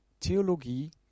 Theologie